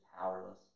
powerless